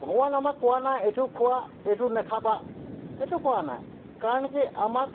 ভগৱান আমাক কোৱা নাই এইটো খোৱা এইটো নাখাবা এইটো কোৱা নাই কাৰণ কি আমাক